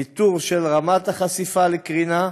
ניטור של רמת החשיפה לקרינה,